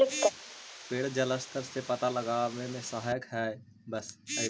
पेड़ जलस्तर के पता लगावे में सहायक हई